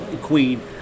Queen